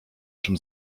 czym